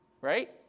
right